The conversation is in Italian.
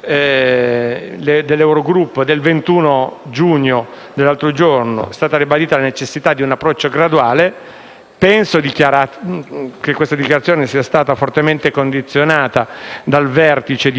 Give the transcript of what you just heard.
dell'Eurogruppo del 21 giugno scorso è stata ribadita la necessità di un approccio graduale e penso che questa dichiarazione sia stata fortemente condizionata dal vertice